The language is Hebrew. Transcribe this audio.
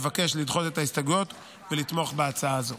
מבקש לדחות את ההסתייגויות ולתמוך בהצעה זו.